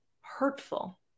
hurtful